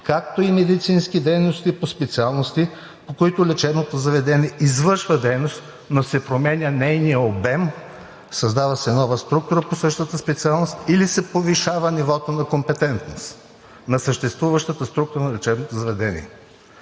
както и медицински дейности по специалности, по които лечебното заведение извършва дейност, но се променя нейният обем, създава се нова структура по същата специалност или се повишава нивото на компетентност на съществуващата структура на лечебното заведение,